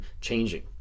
changing